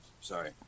Sorry